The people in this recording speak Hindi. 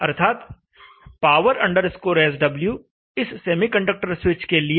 अर्थात power sw इस सेमीकंडक्टर स्विच के लिए सब सर्किट है